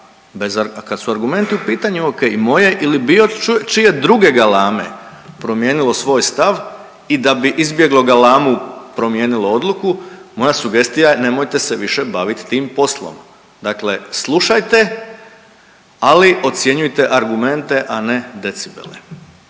a kad su argumenti u pitanju ok, i moje ili bilo čije druge galame promijenilo svoj stav i da bi izbjeglo galamu promijenilo odluku, moja sugestija je nemojte se više bavit tim poslom. Dakle, slušajte ali ocjenjujte argumente, a ne decibele.